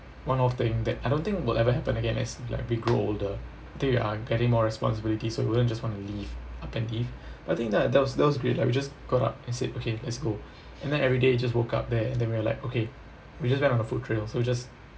one off thing that I don't think will ever happen again as like we grow older I think we are getting more responsibilities so we wouldn't just want to leave up and leave but I think that that was that was great like we just got up and said okay let's go and then everyday we just woke up there and then we are like okay we just went on a food trail so just